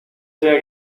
sea